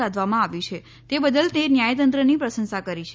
સાધવામાં આવ્યું છે તે બદલ તે ન્યાયતંત્રની પ્રશંસા કરી છે